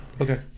Okay